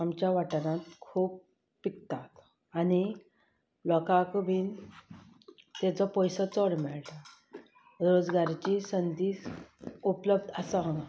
आमच्या वाठारांत खूब पिकता आनी लोकांक बी ताजो पयसो चड मेळटा रोजगाराची संदी उपलब्द आसा हांगा